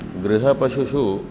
गृहपशुषु